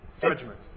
judgment